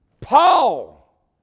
Paul